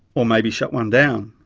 or maybe shut one down.